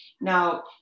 Now